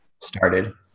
started